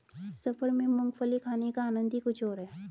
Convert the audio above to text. सफर में मूंगफली खाने का आनंद ही कुछ और है